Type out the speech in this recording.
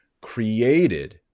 created